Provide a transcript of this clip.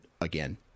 again